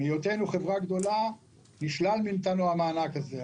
מהיותנו חברה גדולה נשלל מאיתנו המענק הזה.